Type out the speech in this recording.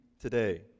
today